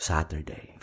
Saturday